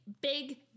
big